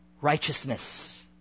righteousness